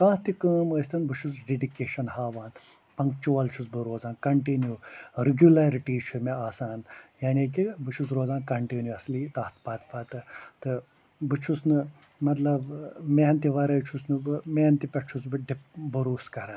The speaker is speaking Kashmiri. کانٛہہ تہِ کٲم ٲستن بہٕ چھُس ڈِڈکیٚشن ہاوان پنٛکچُول چھُس بہٕ روزان کنٛٹنیوٗ رُگیولرٹی چھِ مےٚ آسان یعنی کہِ بہٕ چھُس روزان کنٛٹنیوٗوسلی تتھ پتہٕ پتہٕ تہٕ بہٕ چھُس نہٕ مطلب محنتہِ وَرٲے چھُس نہٕ بہٕ محنتہٕ پٮ۪ٹھ چھُس بہٕ ڈِ بَروس کَران